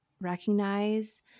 recognize